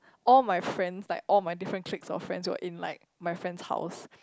all my friends like all my different cliques of friends were in like my friend's house